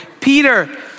Peter